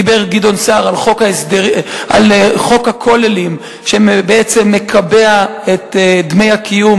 דיבר גדעון סער על חוק הכוללים שמקבע את דמי הקיום